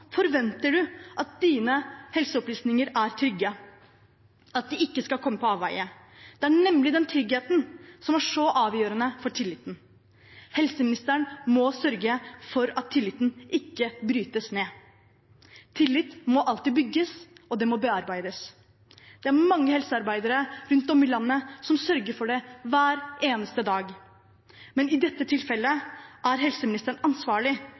forventer du at dine helseopplysninger er trygge, og at de ikke skal komme på avveier. Det er nemlig den tryggheten som er så avgjørende for tilliten. Helseministeren må sørge for at tilliten ikke brytes ned. Tillit må alltid bygges, og den må bearbeides. Det er mange helsearbeidere rundt om i landet som sørger for det hver eneste dag. Men i dette tilfellet er helseministeren ansvarlig